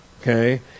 Okay